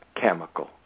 chemical